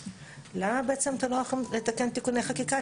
למה בעצם אתה לא יכול לתקן תיקוני חקיקה?